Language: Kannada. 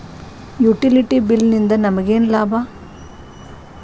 ಯುಟಿಲಿಟಿ ಬಿಲ್ ನಿಂದ್ ನಮಗೇನ ಲಾಭಾ?